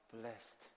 blessed